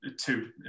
two